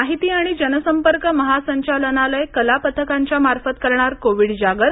माहिती आणि जनसंपर्क महासंचालनालय कलापथकांच्या मार्फत करणार कोविड जागर